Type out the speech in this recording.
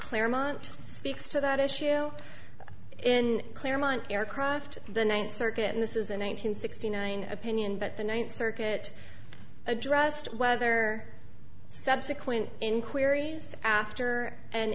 claremont speaks to that issue in claremont aircraft the ninth circuit and this is in one nine hundred sixty nine opinion but the ninth circuit addressed whether subsequent in queries after an